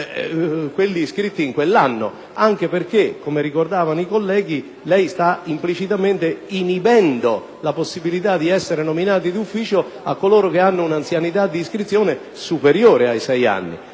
avvocati iscritti in quell'anno, anche perché - come ricordavano i colleghi - lei sta implicitamente inibendo la possibilità di essere nominati d'ufficio a coloro che hanno un'anzianità di iscrizione superiore ai sei anni.